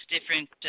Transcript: different